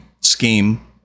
scheme